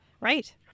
Right